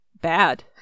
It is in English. bad